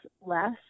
less